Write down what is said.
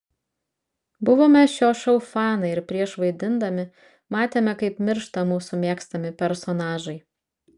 buvome šio šou fanai ir prieš vaidindami matėme kaip miršta mūsų mėgstami personažai